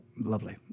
lovely